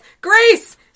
Grace